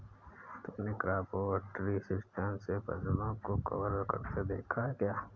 तुमने crop over tree system से फसलों को कवर करते देखा है क्या?